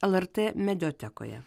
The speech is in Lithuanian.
lrt mediatekoje